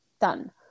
done